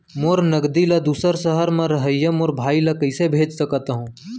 मोर नगदी ला दूसर सहर म रहइया मोर भाई ला कइसे भेज सकत हव?